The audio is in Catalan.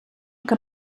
que